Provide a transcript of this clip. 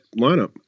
lineup